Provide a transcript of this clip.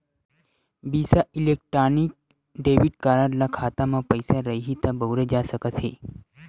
बिसा electronic debit card ल खाता म पइसा रइही त बउरे जा सकत हे